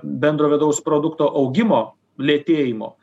bendro vidaus produkto augimo lėtėjimo